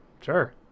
sure